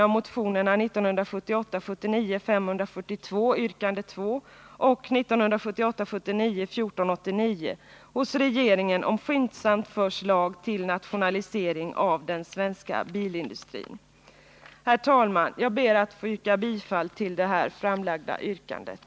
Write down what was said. Jag ber att få yrka bifall till det nu framställda yrkandet.